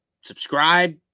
subscribe